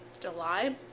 July